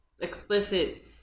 Explicit